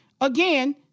again